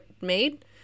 made